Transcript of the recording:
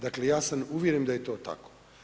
Dakle, ja sam uvjeren da je to tako.